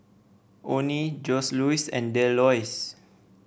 Onnie Joseluis and Delois